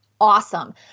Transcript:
awesome